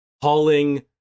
hauling